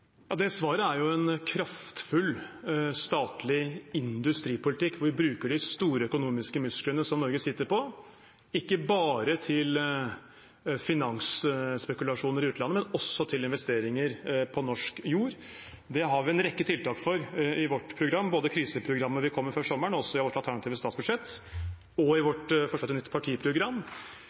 Svaret er en kraftfull statlig industripolitikk hvor vi bruker de store økonomiske musklene som Norge sitter på, ikke bare til finansspekulasjoner i utlandet, men også til investeringer på norsk jord. Det har vi en rekke tiltak for i vårt program, både i kriseprogrammet vi kom med før sommeren, og også i vårt alternative statsbudsjett og i vårt forslag til nytt partiprogram.